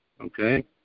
okay